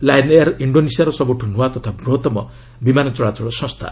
lion Air ଇଣ୍ଡୋନେସିଆର ସବୁଠୁ ନୂଆ ତଥା ବୃହତ୍ତମ ବିମାନ ଚଳାଚଳ ସଂସ୍ଥା